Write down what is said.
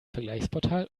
vergleichsportal